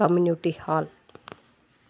community hall